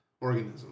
organism